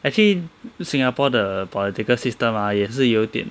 actually singapore 的 political system ah 也是有一点